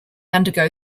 undergo